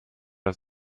aus